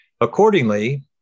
Accordingly